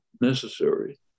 necessary